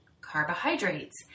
carbohydrates